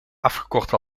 afgekort